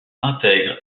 intègre